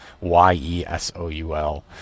Y-E-S-O-U-L